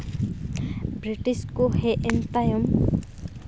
British ᱠᱚ ᱦᱮᱡ ᱮᱱ ᱛᱟᱭᱚᱢ